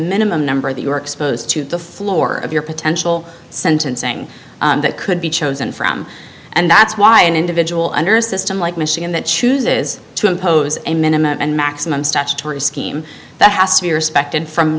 minimum number that you are exposed to the floor of your potential sentencing that could be chosen from and that's why an individual under a system like michigan that chooses to impose a minimum and maximum statutory scheme that has to be respected from